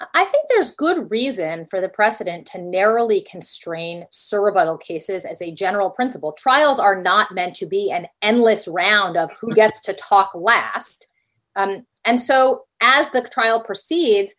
i think there's good reason for the president to narrowly constrain surrebuttal cases as a general principle trials are not meant to be an endless round of who gets to talk last and so as the trial proceeds